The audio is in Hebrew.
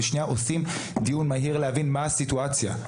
עושים דיון מהיר להבין מה הסיטואציה.